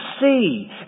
see